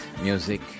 music